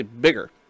bigger